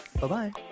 bye-bye